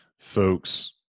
folks